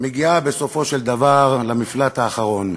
מגיעה בסופו של דבר למפלט האחרון,